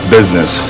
business